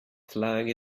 flag